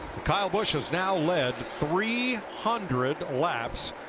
kyle busch has now led three hundred labs.